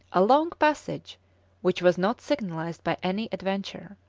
a long passage which was not signalized by any adventure.